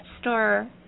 store